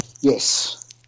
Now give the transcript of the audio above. Yes